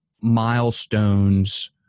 milestones